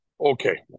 Okay